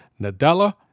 Nadella